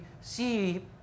see